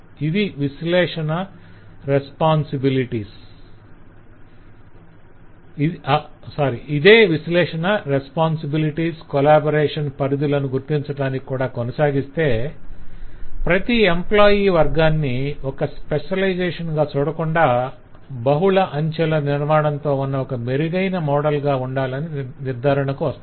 ఇదే విశ్లేషణ responsibilities collaborations పరిధులను గుర్తించటానికి కూడా కొనసాగిస్తే ప్రతి ఎంప్లాయ్ వర్గాన్ని ఒక స్పెషలైజేషన్ గా చూడకుండా బహుళ అంచెల నిర్మాణంతో ఉన్న ఒక మెరుగైన మోడల్ ఉండాలని నిర్ధారణకు వస్తారు